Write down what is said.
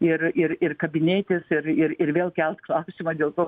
ir ir ir kabinėtis ir ir ir vėl kelt klausimą dėl to